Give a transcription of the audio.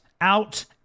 out